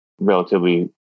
relatively